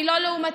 אני לא לעומתית